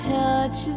touch